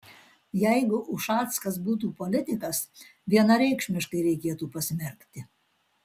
jeigu ušackas būtų politikas vienareikšmiškai reikėtų pasmerkti